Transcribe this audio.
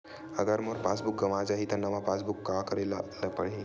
अगर मोर पास बुक गवां जाहि त नवा पास बुक बर का करे ल पड़हि?